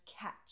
catch